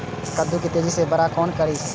कद्दू के तेजी से बड़ा केना करिए?